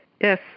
Yes